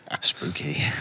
Spooky